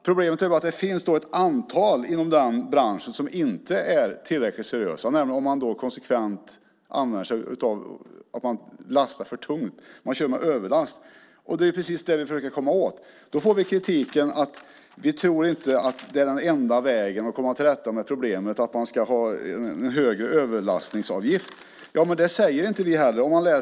Problemet är bara att det finns ett antal inom den branschen som inte är tillräckligt seriösa och som konsekvent lastar för tungt och kör med överlast. Det är precis det vi försöker komma åt. Då får vi kritiken att man inte tror att det är den enda vägen att komma till rätta med problemet att ha en högre överlastningsavgift. Det säger inte vi heller.